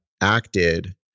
acted